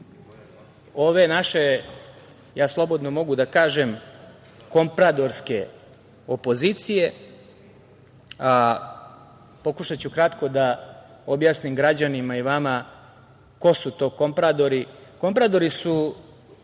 ove naše, ja slobodno mogu da kažem, „kompradorske opozicije“, pokušaću kratko da objasnim građanima i vama ko su to „kompradori“.